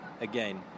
again